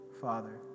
Father